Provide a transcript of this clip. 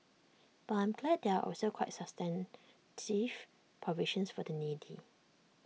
but I am glad there are also quite substantive provisions for the needy